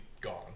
gone